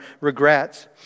regrets